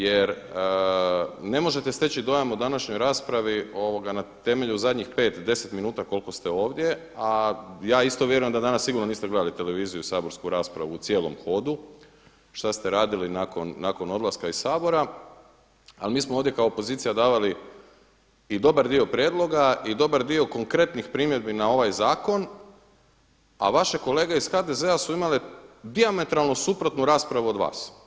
Jer ne možete steći dojam o današnjoj raspravi na temelju zadnjih 5, 10 minuta koliko ste ovdje a ja isto vjerujem da danas sigurno niste gledali televiziju i saborsku raspravu u cijelom hodu, šta ste radili nakon odlaska iz Sabora ali mi smo ovdje kao opozicija davali i dobar dio prijedloga i dobar dio konkretnih primjedbi na ovaj zakon a vaše kolege iz HDZ-a su imale dijametralno suprotnu raspravu od vas.